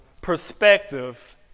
perspective